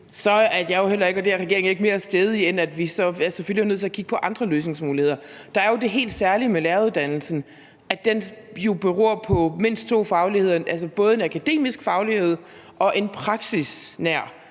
så er jeg og regeringen jo heller ikke mere stædige, end at vi så selvfølgelig er nødt til at kigge på andre løsningsmuligheder. Der er jo det helt særlige ved læreruddannelsen, at den beror på mindst to fagligheder, altså både en akademisk faglighed og en praksisnær